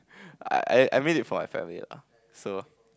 I I I made it for my family lah so